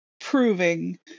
proving